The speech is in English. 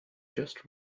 just